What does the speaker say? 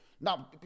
Now